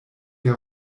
der